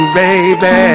baby